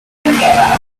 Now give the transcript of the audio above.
what